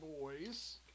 boys